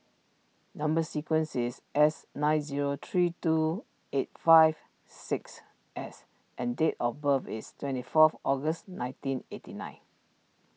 Number Sequence is S nine zero three two eight five six S and date of birth is twenty fourth August nineteen eighty nine